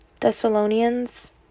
Thessalonians